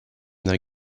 their